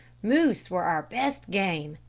moose were our best game.